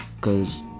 cause